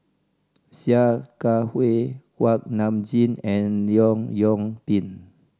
Sia Kah Hui Kuak Nam Jin and Leong Yoon Pin